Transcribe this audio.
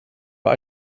war